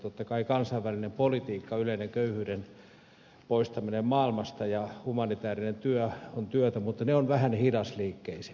totta kai kansainvälinen politiikka yleinen köyhyyden poistaminen maailmasta ja humanitäärinen työ on työtä mutta ne ovat vähän hidasliikkeisempiä